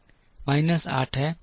minus 8 है